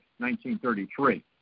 1933